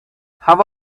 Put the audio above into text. how